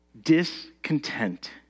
discontent